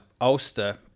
Ulster